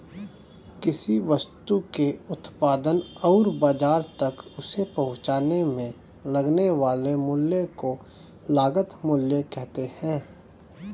किसी वस्तु के उत्पादन और बाजार तक उसे पहुंचाने में लगने वाले मूल्य को लागत मूल्य कहते हैं